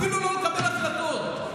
אפילו לא לקבל החלטות,